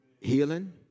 healing